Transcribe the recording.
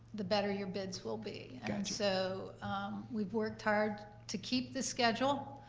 the better your bids will be. and so we've worked hard to keep this schedule